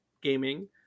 gaming